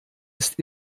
ist